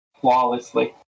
flawlessly